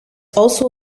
also